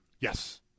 Yes